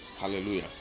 Hallelujah